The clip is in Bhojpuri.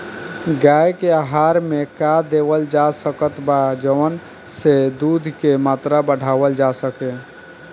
गाय के आहार मे का देवल जा सकत बा जवन से दूध के मात्रा बढ़ावल जा सके?